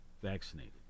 vaccinated